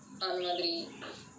அந்த மாதிரி:antha maathiri